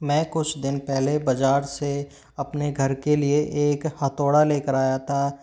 मैं कुछ दिन पहले बज़ार से अपने घर के लिए एक हथौड़ा लाया था